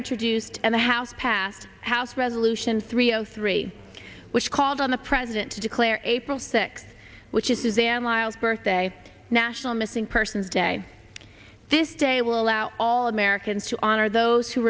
introduced in the house passed house resolution three o three which called on the president to declare april sixth which is suzanne liles birthday national missing persons day this day will allow all americans to honor those who